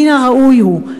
מן הראוי הוא,